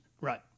right